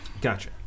Gotcha